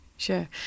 Sure